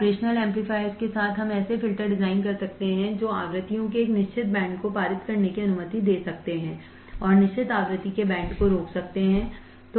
operational एम्पलीफायरों के साथ हम ऐसे फ़िल्टर डिज़ाइन कर सकते हैं जो आवृत्तियों के एक निश्चित बैंड को पारित करने की अनुमति दे सकते हैं और निश्चित आवृत्ति के बैंड को रोक सकते हैं